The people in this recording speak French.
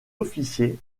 officier